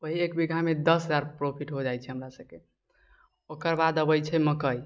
ओहि एक बीघामे दस हजार प्रॉफिट हो जाइ छै हमरासबके ओकरबाद अबै छै मकइ